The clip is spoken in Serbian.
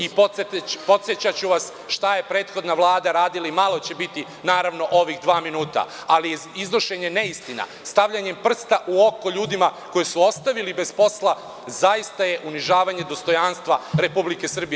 Podsećaću vas šta je prethodna Vlada radila i malo će biti ovih dva minuta, ali iznošenje neistina stavljanjem prsta u oko ljudima koji su ostali bez posla, zaista je unižavanje dostojanstva Republike Srbije.